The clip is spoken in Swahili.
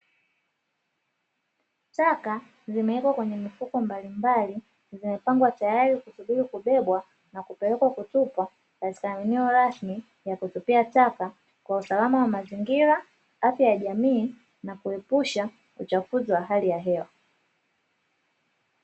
Taka zimewekwa kwenye mifuko mbalimbali zimepangwa tayati kusubiri kubebwa na kupelekwa kutupwa katika maeneo rasmi ya kutupia taka kwa usalama wa mazingira, afya ya jamii na kuepusha uchafuzi wa hali ya hewa.